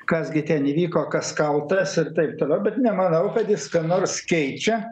kas gi ten įvyko kas kaltas ir taip toliau bet nemanau kad jis ką nors keičia